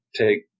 take